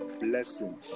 blessing